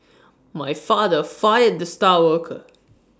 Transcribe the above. my father fired the star worker